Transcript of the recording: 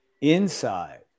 inside